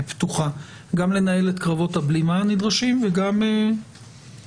פתוחה גם לנהל את קרבות הבלימה הנדרשים וגם להמשיך